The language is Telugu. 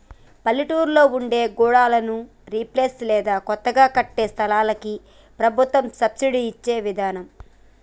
పల్లెటూళ్లలో ఉండే గోడన్లను రిపేర్ లేదా కొత్తగా కట్టే సంస్థలకి ప్రభుత్వం సబ్సిడి ఇచ్చే విదానం